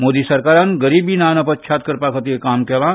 मोदी सरकारान गरिबी नानपश्यात करपा खातीर काम केलां